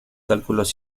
cálculos